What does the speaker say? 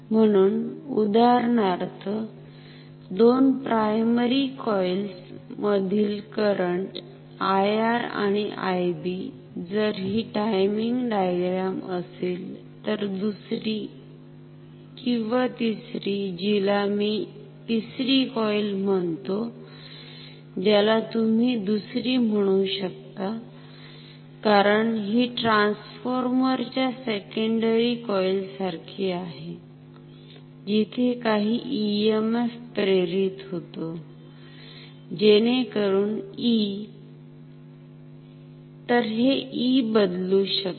म्हणून उदाहरणार्थ दोन प्रायमरी कॉइल्स मधील करंट IR आणि IB जर हि टायमिंग डायग्राम असेल तर दुसरी किंवा तिसरी जिला मी तिसरी कॉईल म्हणतो ज्याला तुम्ही दुसरी म्हणु शकता कारण हि ट्रान्सफॉर्मेर च्या सेकंडरी कॉईल सारखी आहे जिथे काही EMF प्रेरीत होतो जेणेकरून E तर हे E बदलु शकते